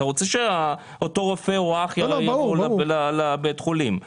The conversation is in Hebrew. אתה רוצה שאותו רופא או אח יגיעו לבית חולים.